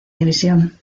división